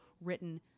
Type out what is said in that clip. written